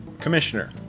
commissioner